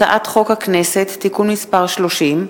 הצעת חוק הכנסת (תיקון מס' 30),